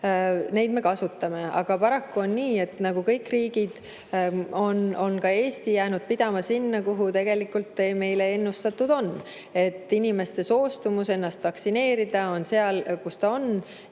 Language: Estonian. me kasutame. Aga paraku on nii, et nagu kõik teised riigid, on ka Eesti jäänud pidama sinna, kuhu tegelikult meile ennustati. Inimeste soostumus ennast vaktsineerida on selline, nagu ta on,